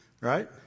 right